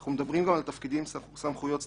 אנחנו גם מדברים על תפקידים עם סמכויות סטטוטוריות,